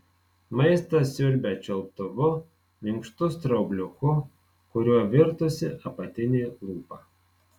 maistą siurbia čiulptuvu minkštu straubliuku kuriuo virtusi apatinė lūpa